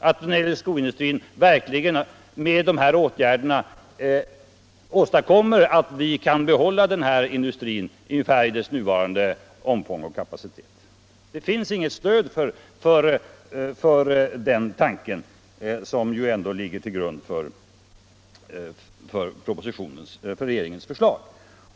Åstadkommer vi med dessa åtgärder verkligen att vi kan behålla den svenska skoindustrin i ungefär nuvarande omfång och kapacitet? Det finns inget stöd för den tanken, som ju ändå ligger till grund för regeringens förslag.